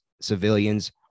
civilians